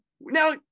Now